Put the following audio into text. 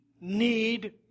need